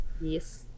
Yes